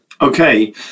Okay